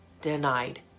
denied